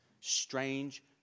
strange